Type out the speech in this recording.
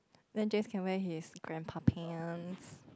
then Jeff can wear his grandpa pants